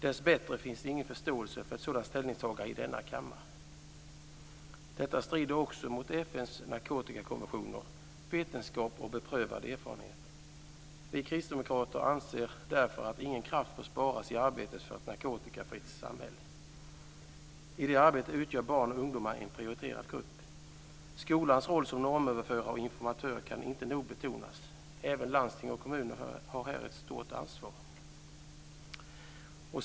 Dessbättre finns ingen förståelse för ett sådant ställningstagande i denna kammare. Detta strider också mot FN:s narkotikakonventioner, vetenskap och beprövad erfarenhet. Vi kristdemokrater anser därför att ingen kraft bör sparas i arbetet för ett narkotikafritt samhälle. I det arbetet utgör barn och ungdomar en prioriterad grupp. Skolans roll som normöverförare och informatör kan inte nog betonas. Även landsting och kommuner har här ett stort ansvar.